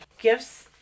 Gifts